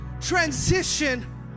transition